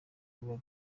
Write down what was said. baba